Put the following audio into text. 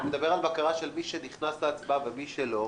אני מדבר על בקרה של מי שנכנס להצבעה ומי שלא,